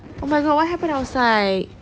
oh my god what happen outside